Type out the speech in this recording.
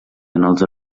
els